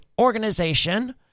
organization